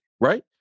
right